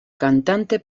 cantante